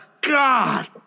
God